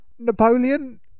Napoleon